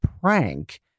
prank